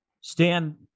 Stan